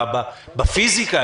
בפיזיקה,